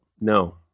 no